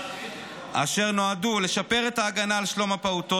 אשר נועדו לשפר את ההגנה על שלום הפעוטות